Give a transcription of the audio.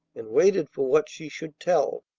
and waited for what she should tell.